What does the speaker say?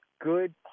good